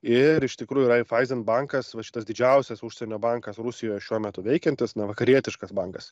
ir iš tikrųjų raifaizen bankas va šitas didžiausias užsienio bankas rusijoje šiuo metu veikiantis na vakarietiškas bankas